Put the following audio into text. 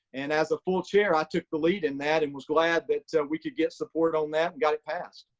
and as a full chair, i took the lead in that, and was glad that we could get support on that, and got it passed.